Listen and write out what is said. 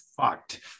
fucked